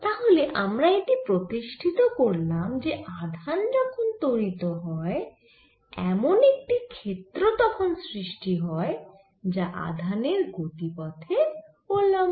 তাহলে আমরা এটি প্রতিষ্ঠিত করলাম যে আধান যখন ত্বরিত হয় এমন একটি ক্ষেত্র তখন সৃষ্টি হয় যা আধানের গতিপথের উল্লম্ব